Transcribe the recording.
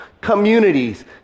communities